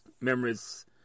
memories